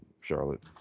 Charlotte